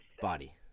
body